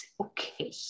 okay